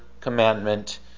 commandment